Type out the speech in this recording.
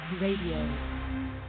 Radio